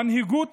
מנהיגות